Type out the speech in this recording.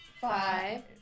Five